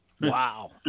Wow